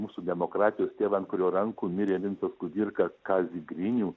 mūsų demokratijos tėvą ant kurio rankų mirė vincas kudirka kazį grinių